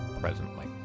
presently